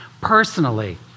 personally